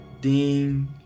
ding